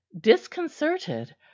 disconcerted